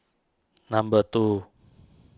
number two